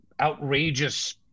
outrageous